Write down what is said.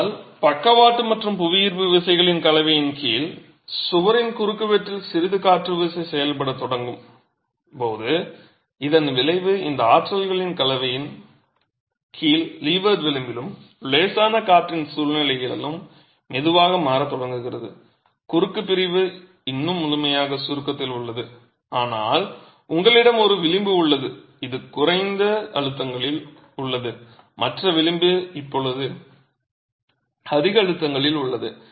ஆனால் பக்கவாட்டு மற்றும் புவியீர்ப்பு விசைகளின் கலவையின் கீழ் சுவரின் குறுக்குவெட்டில் சிறிது காற்று விசை செயல்படத் தொடங்கும் போது இதன் விளைவாக இந்த ஆற்றல்களின் கலவையின் கீழ் லீவர்ட் விளிம்பிலும் லேசான காற்றின் சூழ்நிலையிலும் மெதுவாக மாறத் தொடங்குகிறது குறுக்கு பிரிவு இன்னும் முழுமையாக சுருக்கத்தில் உள்ளது ஆனால் உங்களிடம் ஒரு விளிம்பு உள்ளது இது குறைந்த அழுத்தங்களில் உள்ளது மற்ற விளிம்பு இப்போது அதிக அழுத்தங்களில் உள்ளது